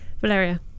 Valeria